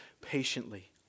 patiently